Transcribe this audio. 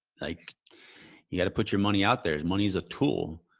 like you got to put your money out there. money's a tool.